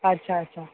अच्छा अच्छा